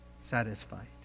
satisfied